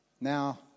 now